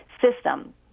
system